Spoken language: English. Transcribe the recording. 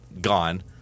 gone